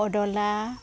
অদলা